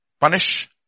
punish